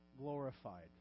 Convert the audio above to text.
glorified